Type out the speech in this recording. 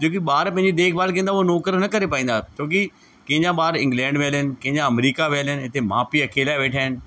जे की ॿार पंहिंजी देखभाल कंदा उहा नौकिरु न करे पाईंदा छो कि कंहिंजा ॿार इंग्लैड वियल आहिनि कंहिंजा अमरीका वियल आहिनि हिते माउ पीउ अकेला वेठा आहिनि